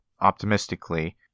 optimistically